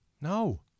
No